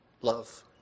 love